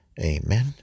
Amen